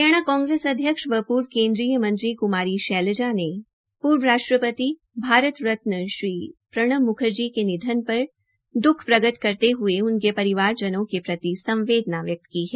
हरियाणा कांग्रेस अध्यक्ष व पूर्व केन्द्रीय मंत्री क्मारी शैलजा ने पूर्व राष्ट्रपति भारत रत्न श्री प्रणब म्खर्जी के निधन पर द्ख प्रकट करते हये उनके परिजनों के प्रति संवेदना व्यक्त की है